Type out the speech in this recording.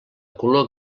color